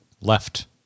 left